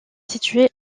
situé